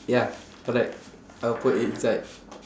ya correct I will put it inside